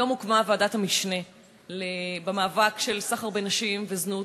היום הוקמה ועדת המשנה למאבק של סחר בנשים וזנות,